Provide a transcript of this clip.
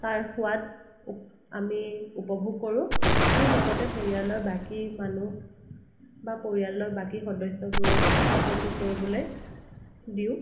তাৰ সোৱাদ আমি উপভোগ কৰোঁ আৰু লগতে পৰিয়ালৰ বাকী মানুহ বা পৰিয়ালৰ বাকী সদস্যবোৰকো উপভোগ কৰিবলৈ দিওঁ